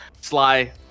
sly